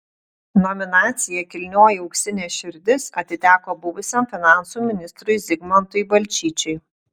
nominacija kilnioji auksinė širdis atiteko buvusiam finansų ministrui zigmantui balčyčiui